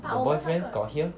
your boyfriends got hear